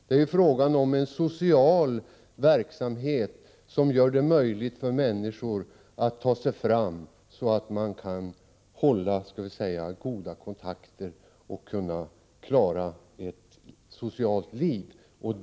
Det är fråga om en social verksamhet som gör det möjligt för människor att ta sig fram så att de kan hålla god kontakt och klara ett socialt liv.